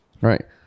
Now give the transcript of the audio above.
Right